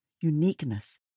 uniqueness